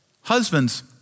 Husbands